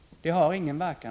Det har ingen verkan.